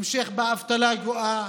המשך באבטלה הגואה,